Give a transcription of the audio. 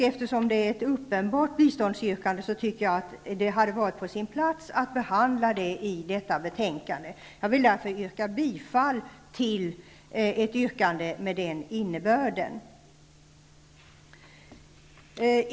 Eftersom det är ett uppenbart biståndsyrkande tycker jag att det hade varit på sin plats att behandla det i detta betänkande. Jag yrkar bifall till ett yrkande med den innebörden.